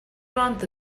months